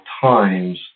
times